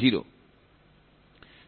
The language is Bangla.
হল 0